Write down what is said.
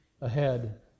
ahead